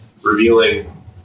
revealing